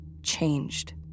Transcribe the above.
changed